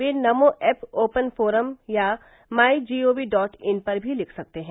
वे Namo app open forum या my G O V dot in पर भी लिख सकते हैं